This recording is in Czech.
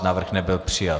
Návrh nebyl přijat.